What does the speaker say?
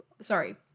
sorry